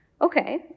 Okay